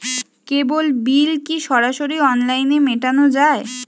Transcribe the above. কেবল bill কি সরাসরি অনলাইনে মেটানো য়ায়?